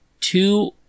two